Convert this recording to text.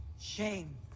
Shame